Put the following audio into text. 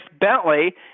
Bentley